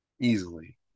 Easily